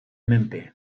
menpe